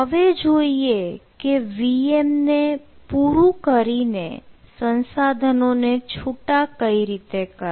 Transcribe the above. હવે જોઈએ કે VM ને પુરુ કરીને સંસાધનોને છૂટા કઈ રીતે કરવા